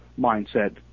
mindset